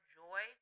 joy